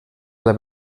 del